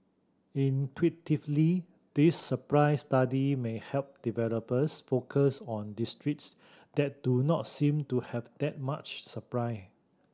intuitively this supply study may help developers focus on districts that do not seem to have that much supply